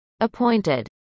appointed